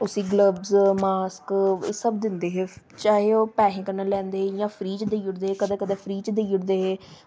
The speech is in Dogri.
उसी गल्वस मास्क एह् सब दिंदे हे चाहे ओह् पैहे कन्नै लैंदे हे इ'यां फ्री देई ओड़दे हे कदें कदें फ्री च देई ओड़दे हे